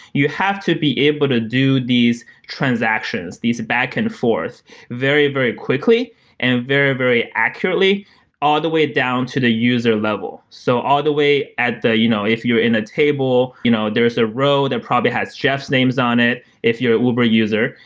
you have to be able to do these transactions, these back and forth very, very quickly and very, very accurately all the way down to the user level. so all the way at the you know if if you're in a table, you know there is a row that probably has just names on it if you're an uber user.